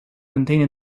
contained